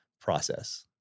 process